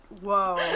Whoa